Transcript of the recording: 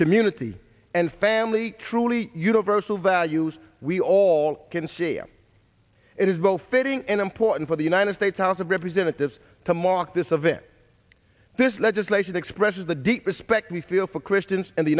community and family truly universal values we all can see it is both fitting and important for the united states house of representatives to mark this event this legislation expresses the deep respect we feel for christians in the